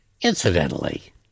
Incidentally